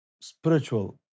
spiritual